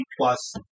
Plus